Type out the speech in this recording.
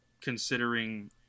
considering